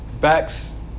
backs